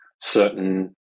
certain